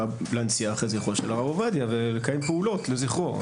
להנציח את זכרו של הרב עובדיה ולקיים פעולות לזכרו.